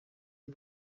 n’u